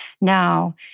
now